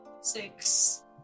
Six